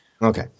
Okay